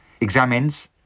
examines